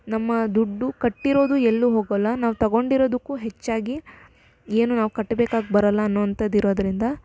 ನಮ್ಮ ದುಡ್ಡು ಕಟ್ಟಿರೋದು ಎಲ್ಲೂ ಹೋಗೋಲ್ಲ ನಾವು ತಗೊಂಡಿರೋದಕ್ಕೂ ಹೆಚ್ಚಾಗಿ ಏನು ನಾವು ಕಟ್ಟ್ಬೇಕಾಗಿ ಬರೋಲ್ಲ ಅನ್ನೋವಂಥದ್ದು ಇರೋದರಿಂದ